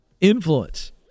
Influence